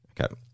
Okay